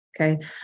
okay